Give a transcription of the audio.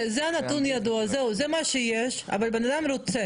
לא, הנתון הזה ידוע, זה מה שיש, אבל בן אדם רוצה.